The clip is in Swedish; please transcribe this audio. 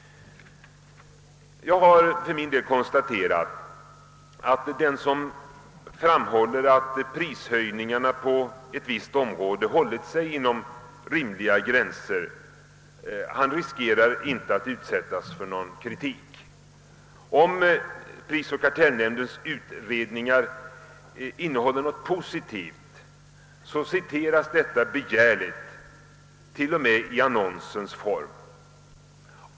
Jag har konstaterat att den som förklarar att prishöjningarna på ett visst område hållit sig inom rimliga gränser inte riskerar att utsättas för någon kritik. Om prisoch kartellnämndens utredningar innehåller något positivt ci teras detta begärligt, till och med i annonsens form.